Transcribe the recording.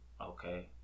Okay